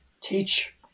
teach